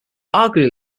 arguably